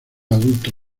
adulto